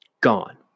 gone